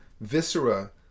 viscera